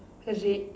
red